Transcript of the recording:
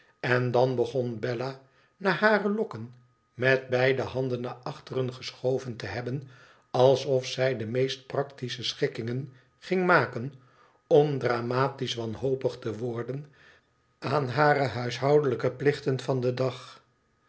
en dan begon bella na hare lokken met beide banden naar achteren geschoven te hebben alsof zij de meest practische schikkingen ging maken om dramatisch wanhopig te worden aan hare huishoudelijke plichten vanden dag